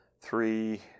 three